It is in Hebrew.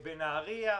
בנהרייה,